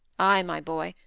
ay, my boy.